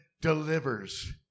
delivers